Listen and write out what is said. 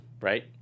right